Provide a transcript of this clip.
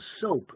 soap